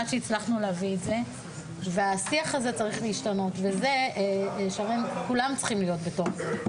השיח הזה צריך להשתנות וכולם צריכים להיות בתוך זה.